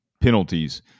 penalties